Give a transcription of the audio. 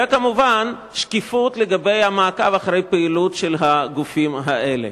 וכמובן שקיפות לגבי המעקב אחרי הפעילות של הגופים האלה.